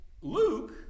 Luke